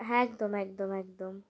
হ্যাঁ একদম একদম একদম